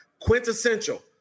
Quintessential